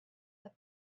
but